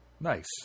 Nice